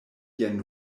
jen